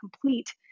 complete